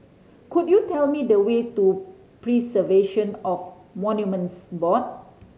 could you tell me the way to Preservation of Monuments Board